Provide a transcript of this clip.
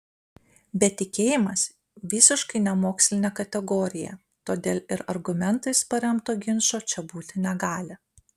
bet tikėjimas visiškai nemokslinė kategorija todėl ir argumentais paremto ginčo čia būti negali